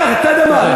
לקחת את האדמה,